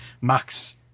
Max